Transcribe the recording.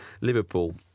Liverpool